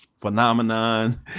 phenomenon